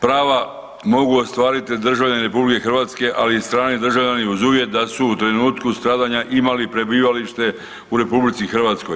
Prava mogu ostvariti državljani RH, ali i strani državljani uz uvjet da su u trenutku stradanja imali prebivalište u RH.